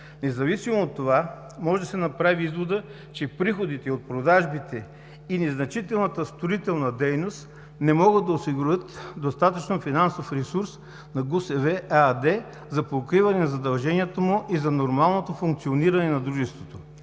Независимо от това може да се направи изводът, че приходите от продажбите и незначителната строителна дейност не могат да осигурят достатъчно финансов ресурс на ГУСВ ¬¬– ЕАД, за покриване на задължението му и за нормалното функциониране на дружеството.